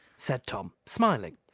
said tom, smiling.